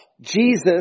Jesus